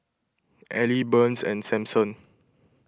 Elie Burns and Samson